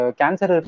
cancer